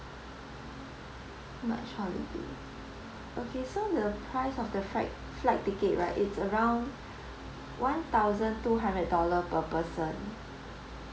march holiday okay so the price of the flight flight ticket right it's around one thousand two hundred dollar per person